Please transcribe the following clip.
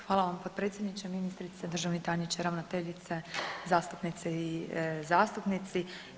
Hvala vam potpredsjedniče, ministrice, državni tajniče, ravnateljice, zastupnice i zastupnici.